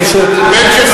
אני חושב,